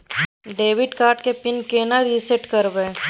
Debit card के pin केना reset करब?